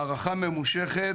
מערכה ממושכת